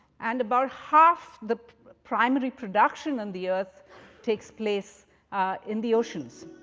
and about half the primary production on the earth takes place in the oceans.